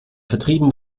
vertrieben